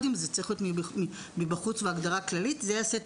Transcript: אנחנו רוצים שיסייעו להם לעבור את